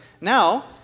now